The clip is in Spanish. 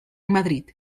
madrid